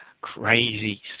...crazy